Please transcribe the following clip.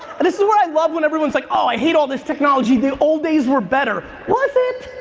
and this is where i love when everyone's like, oh i hate all this technology, the old days were better. was it?